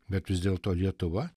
bet vis dėlto lietuva